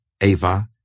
Ava